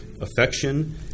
affection